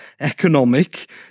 economic